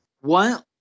one